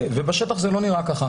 בשטח זה לא נראה ככה.